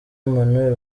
manuel